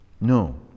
No